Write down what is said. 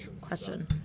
question